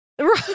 right